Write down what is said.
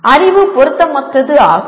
அறிவு பொருத்தமற்றது ஆகும்